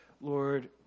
Lord